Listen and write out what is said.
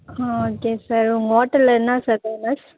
ஆ okay sir உங்கள் ஹோட்டல்ல என்ன சார் ஃபேமஸ்